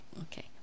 Okay